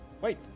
Wait